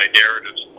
narratives